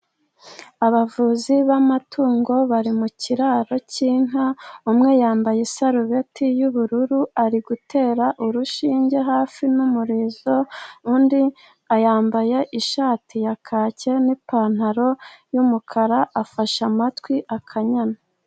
Abavuzi b'amatungo bari mu kiraro cy'inka, umwe yambaye isarubeti y'ubururu, ari gutera urushinge hafi n'umurizo, undi yambaye ishati ya kake n'ipantaro y'umukara, afashe amatwi akanyana.